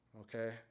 Okay